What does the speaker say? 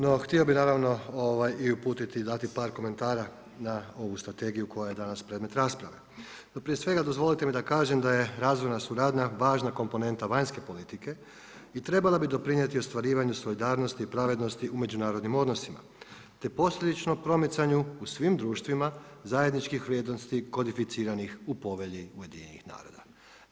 No htio bi naravno i uputiti i dati par komentara na ovu strategiju koja je danas predmet rasprave pa prije svega dozvolite mi da kažem da je razvoja suradnja važna komponenta vanjske politike i treba bi doprinijeti ostvarivanju solidarnosti i pravednosti u međunarodnim odnosima te posljedičnom promicanju u svim društvima zajedničkih vrijednosti kodificiranih u Povelji UN-a.